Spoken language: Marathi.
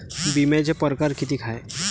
बिम्याचे परकार कितीक हाय?